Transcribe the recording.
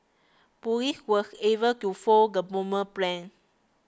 police was able to foil the bombers plans